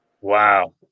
Wow